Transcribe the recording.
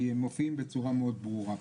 כי הם מופיעים בצורה מאוד ברורה פה.